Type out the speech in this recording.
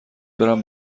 برم